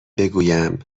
بگویم